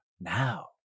now